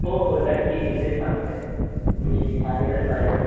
हो हो नक्की मी तेच सांगतोय मी सांगायलाच पाहिजेल होतं